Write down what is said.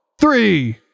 Three